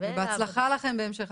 בהצלחה לכם בהמשך.